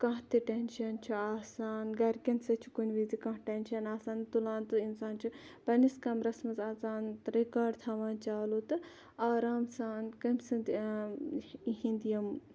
کانٛہہ تہِ ٹیٚنشَن چھُ آسان گَرکٮ۪ن سۭتۍ چھُ کُنہِ وِزِ کانٛہہ ٹٮ۪نشَن آسان تُلان تہٕ اِنسان چھُ پَننِس کَمرَس مَنٛز اَژان رِکاڈ تھاوان چالوٗ تہٕ آرام سان کٔمۍ سٕنٛدۍ اِہِنٛدِ یِم